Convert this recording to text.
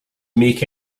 make